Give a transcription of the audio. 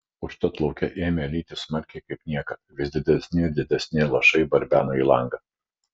užtat lauke ėmė lyti smarkiai kaip niekada vis didesni ir didesni lašai barbeno į langą